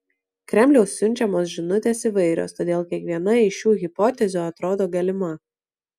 kremliaus siunčiamos žinutės įvairios todėl kiekviena iš šių hipotezių atrodo galima